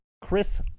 Chris